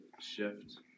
shift